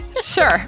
Sure